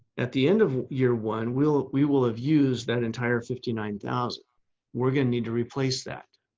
at the end of year one will we will have use that entire fifty nine thousand we're going to need to replace that.